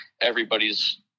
everybody's